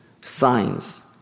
signs